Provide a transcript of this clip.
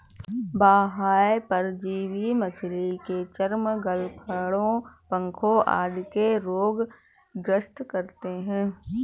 बाह्य परजीवी मछली के चर्म, गलफडों, पंखों आदि के रोग ग्रस्त करते है